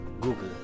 Google